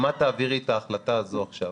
אם את תעבירי את ההחלטה הזאת עכשיו